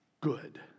good